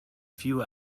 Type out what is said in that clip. few